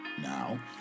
Now